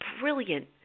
brilliant